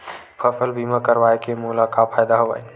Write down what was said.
फसल बीमा करवाय के मोला का फ़ायदा हवय?